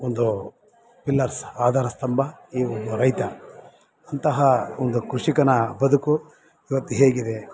ಒಂದು ಪಿಲ್ಲರ್ಸ್ ಆಧಾರಸ್ತಂಭ ಇವು ರೈತ ಅಂತಹ ಒಂದು ಕೃಷಿಕನ ಬದುಕು ಇವತ್ತು ಹೇಗಿದೆ